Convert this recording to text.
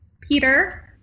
Peter